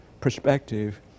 perspective